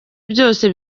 byose